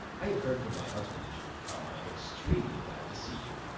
i have heard from my husband that you would come. i am extremely glad to see you.